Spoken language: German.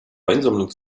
weinsammlung